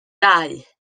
dau